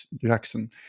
Jackson